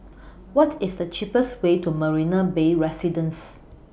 What IS The cheapest Way to Marina Bay Residences